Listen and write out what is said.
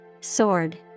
Sword